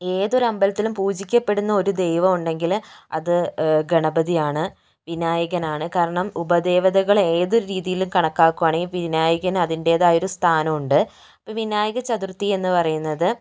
ഏതൊരു അമ്പലത്തിലും പൂജിക്കപെടുന്ന ഒരു ദൈവം ഉണ്ടെങ്കില് അത് ഗണപതിയാണ് വിനായകനാണ് കാരണം ഉപദേവതകൾ ഏത് രീതിയിൽ കണക്കാകുവാണെ വിനായകന് അതിൻ്റെതായ ഒരു സ്ഥാനം ഉണ്ട് പിന്നെ വിനായക ചതുർഥി എന്ന് പറയുന്നത്